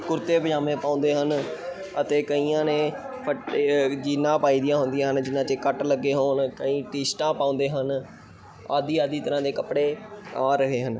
ਕੁੜਤੇ ਪਜਾਮੇ ਪਾਉਂਦੇ ਹਨ ਅਤੇ ਕਈਆਂ ਨੇ ਫਟ ਜੀਨਾਂ ਪਾਈ ਦੀਆਂ ਹੁੰਦੀਆਂ ਨੇ ਜਿਨ੍ਹਾਂ 'ਚ ਕੱਟ ਲੱਗੇ ਹੋਣ ਕਈ ਟੀ ਸ਼ਰਟਾਂ ਪਾਉਂਦੇ ਹਨ ਆਦਿ ਆਦਿ ਤਰ੍ਹਾਂ ਦੇ ਕੱਪੜੇ ਆ ਰਹੇ ਹਨ